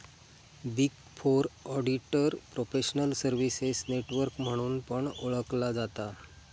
big four auditor professional services network म्हणून पण ओळखला जाता